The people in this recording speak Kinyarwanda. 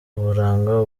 uburanga